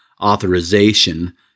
authorization